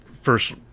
first